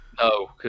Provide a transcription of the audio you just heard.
No